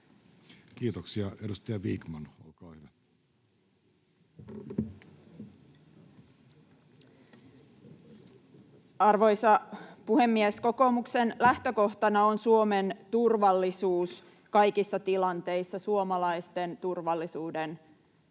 liittyviksi laeiksi Time: 12:58 Content: Arvoisa puhemies! Kokoomuksen lähtökohtana on Suomen turvallisuus kaikissa tilanteissa ja suomalaisten turvallisuudesta